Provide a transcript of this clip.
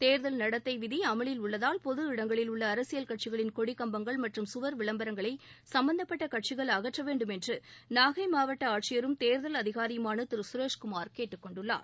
தோ்தல் நடத்தை விதி அமலில் உள்ளதால் பொது இடங்களில் உள்ள அரசியல் கட்சிகளின் கொடி கம்பங்கள் மற்றும் கவர் விளம்பரங்களை சும்பந்தப்பட்ட கட்சிகள் அகற்ற வேண்டும் என்று நாகை மாவட்ட ஆட்சியரும் தேர்தல் அதிகாரியுமான திரு சுரேஷ் குமார் கேட்டுக்கொண்டுள்ளார்